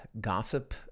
gossip